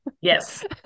Yes